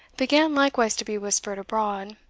began likewise to be whispered abroad,